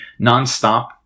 nonstop